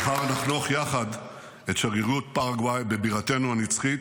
מחר נחנוך יחד את שרירות פרגוואי בבירתנו הנצחית,